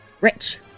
rich